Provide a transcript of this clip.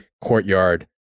courtyard